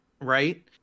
Right